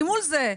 אני מול זה.